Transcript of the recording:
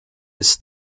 ist